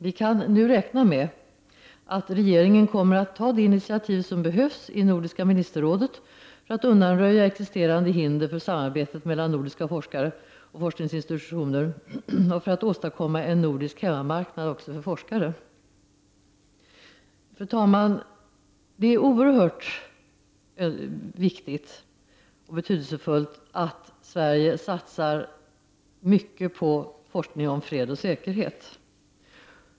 Vi kan nu räkna med att regeringen kommer att ta de initiativ som behövs i Nordiska ministerrådet för att undanröja existerande hinder för samarbetet mellan nordiska forskare och forskningsinstitutioner och för att åstadkomma en nordisk hemmamarknad också för forskare. Fru talman! Det är oerhört viktigt och betydelsefullt att Sverige satsar mycket på forskning om fred och säkerhet.